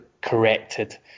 corrected